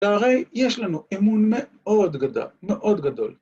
‫והרי יש לנו אמון מאוד גדול.